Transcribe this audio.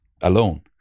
alone